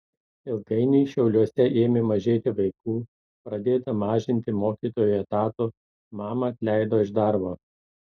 ilgainiui šiauliuose ėmė mažėti vaikų pradėta mažinti mokytojų etatų mamą atleido iš darbo